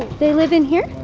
they live in here?